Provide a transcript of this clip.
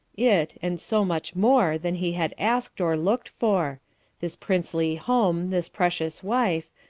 it, and so much more than he had asked or looked for this princely home, this precious wife,